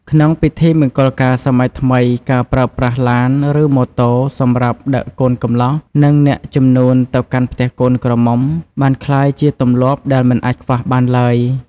ក្នុងពិធីមង្គលការសម័យថ្មី ការប្រើប្រាស់ ឡាន ឬម៉ូតូ សម្រាប់ដឹកកូនកំលោះ និងអ្នកជំនូនទៅកាន់ផ្ទះកូនក្រមុំបានក្លាយជាទម្លាប់ដែលមិនអាចខ្វះបានឡើយ។